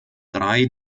drei